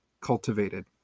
cultivated